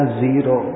zero